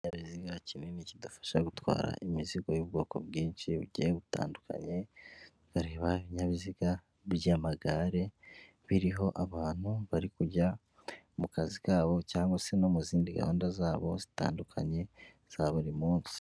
Ikinyabiziga kinini kidufasha gutwara imizigo y'ubwoko bwinshi bugiye butandukanye bareba ibinyabiziga by'amagare biriho abantu bari kujya mu kazi kabo cyangwag se no mu zindi gahunda zabo zitandukanye za buri munsi.